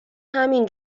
همین